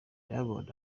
diamond